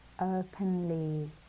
openly